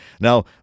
Now